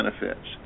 benefits